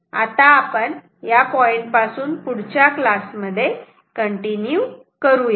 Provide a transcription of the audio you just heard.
आता आपण या पॉईंटपासून पुढच्या क्लासमध्ये कंटिन्यू करूयात